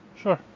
sure